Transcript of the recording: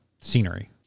scenery